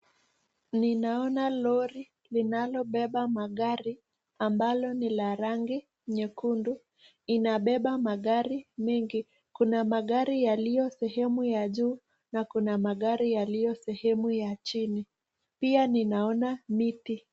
Ninaona lori linalobeba magari ambalo ni la rangi nyekundu inabeba magari mengi kuna magari yaliyo sehemu ya juu na kuna magari yaliyo sehemu ya chini pia ninaona miti.